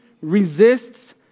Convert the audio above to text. resists